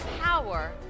power